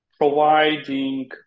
providing